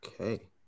Okay